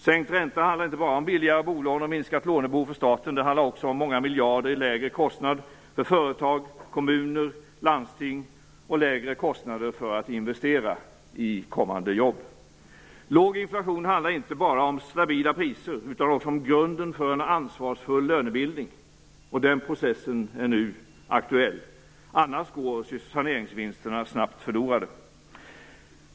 Sänkt ränta handlar inte bara om billigare bolån och minskat lånebehov för staten. Det handlar också om många miljarder i lägre kostnad för företag, kommuner och landsting samt lägre kostnader för att investera i kommande jobb. Låg inflation handlar inte bara om stabila priser utan också om grunden för en ansvarsfull lönebildning. Den processen är nu aktuell. Annars går saneringsvinsterna snabbt förlorade.